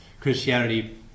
Christianity